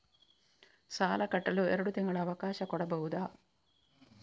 ಸಾಲ ಕಟ್ಟಲು ಎರಡು ತಿಂಗಳ ಅವಕಾಶ ಕೊಡಬಹುದಾ?